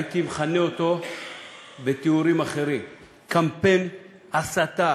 הייתי מכנה אותו בתיאורים אחרים, קמפיין הסתה